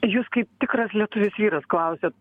jūs kaip tikras lietuvis vyras klausiat